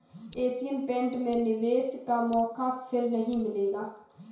Asian paint में निवेश का मौका फिर नही मिलेगा